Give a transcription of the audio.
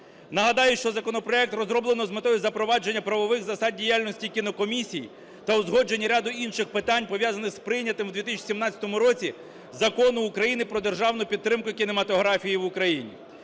Нагадаю, що законопроект розроблено з метою запровадження правових засад діяльності кінокомісій та узгодження раду інших питань, пов'язаних з прийнятим у 2017 році Закону України "Про державну підтримку кінематографії в Україні".